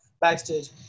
backstage